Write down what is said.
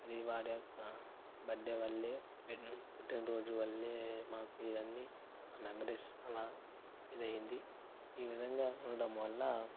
అది వాడి యొక్క బర్త్డే వల్లే ఫ్రెండ్ పుట్టిన రోజు వల్లే మాకు ఇవన్నీ ఆ మెమోరీస్ అలా ఇదయింది ఈ విధంగా ఉండడం వల్ల